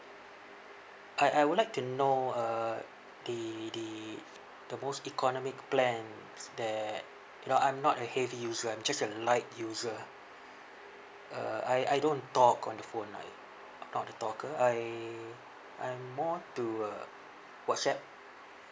I I would like to know uh the the the most economic plans that you know I'm not a heavy user I'm just a light user uh I I don't talk on the phone I I'm not a talker I I'm more to uh whatsapp